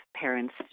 parents